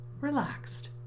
relaxed